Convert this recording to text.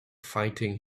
fighting